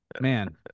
man